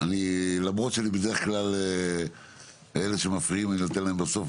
למרות שבדרך כלל אלה שמפריעים אני נותן להם בסוף,